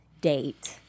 date